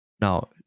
Now